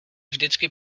vždycky